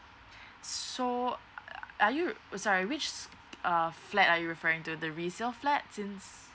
so uh are you sorry which s~ uh flat are you referring to the resale flat since